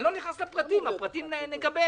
אני לא נכנס לפרטים, את הפרטים נגבש,